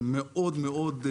שמאוד מאוד